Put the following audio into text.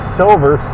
silver